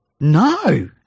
No